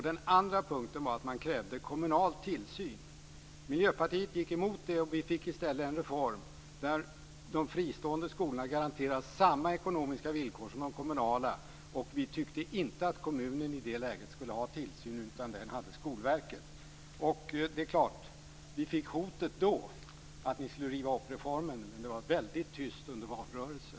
Den andra punkten var ett krav på kommunal tillsyn. Miljöpartiet gick emot detta. I stället blev det en reform där de fristående skolorna garanteras samma ekonomiska villkor som de kommunala. Vi tyckte inte att kommunen i det läget skulle ha hand om tillsynen utan den fick Skolverket. Ni hotade då med att riva upp reformen, men det var tyst under valrörelsen.